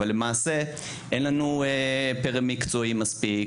אבל למעשה אין לנו פר מקצועי מספיק.